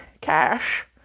cash